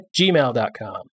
gmail.com